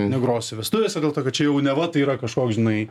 negrosiu vestuvėse dėl to kad čia jau neva tai yra kažkoks žinai